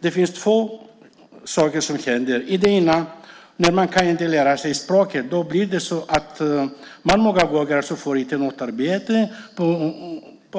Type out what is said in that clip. Det finns två saker som kännetecknar dem. Det ena är att när man inte kan lära sig språket får man ofta inte något arbete, och